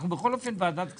אנחנו בכל אופן ועדת כספים.